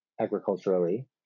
agriculturally